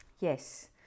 yes